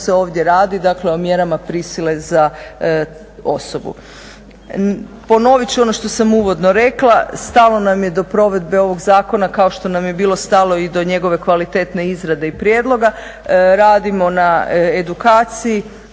onim o čemu se ovdje radi, dakle o mjerama prisile za osobu. Ponovit ću ono što sam uvodno rekla, stalo nam je do provedbe ovoga zakona, kao što nam je bilo stalo i do njegove kvalitetne izrade i prijedloga. Radimo na edukciji.